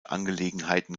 angelegenheiten